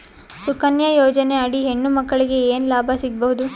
ಸುಕನ್ಯಾ ಯೋಜನೆ ಅಡಿ ಹೆಣ್ಣು ಮಕ್ಕಳಿಗೆ ಏನ ಲಾಭ ಸಿಗಬಹುದು?